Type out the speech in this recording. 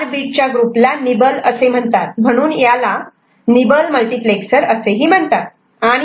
4 bit च्या ग्रुपला nibble असे म्हणतात म्हणून याला निबल मल्टिप्लेक्सर असे म्हणतात